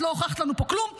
את לא הוכחת לנו פה כלום.